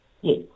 yes